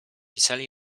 pisali